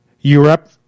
Europe